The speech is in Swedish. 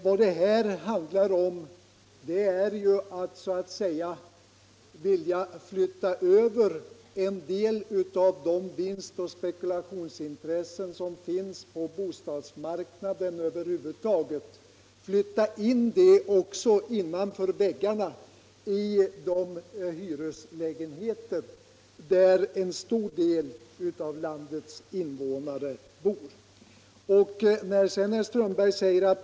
Vad det här handlar om är att så att säga flytta in en del av de vinstoch spekulationsintressen som finns på bostadsmarknaden innanför väggarna i de hyreslägenheter där en stor del av landets invånare bor.